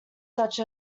such